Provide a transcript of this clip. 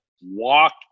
walk